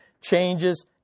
changes